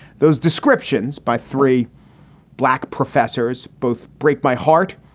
those descriptions by three black professors both break my heart,